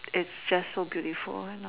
its just so beautiful and